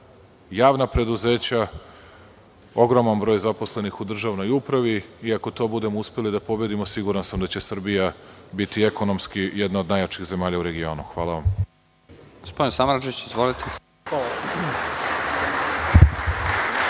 javna preduzeća, ogroman broj zaposlenih u državnoj upravi i ako to budemo uspeli da pobedimo, siguran sam da će Srbija biti ekonomski jedna od najjačih zemalja u regionu. Hvala.